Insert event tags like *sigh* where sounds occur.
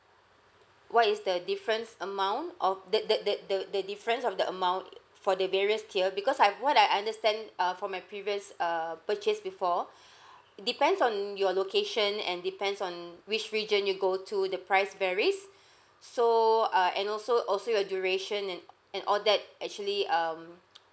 what is the difference amount of the the the the the difference of the amount for the various tier because I've what I understand uh from my previous err purchase before *breath* depends on your location and depends on which region you go to the price varies *breath* so uh and also also your duration and and all that actually um *noise*